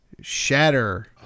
shatter